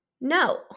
No